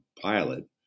pilot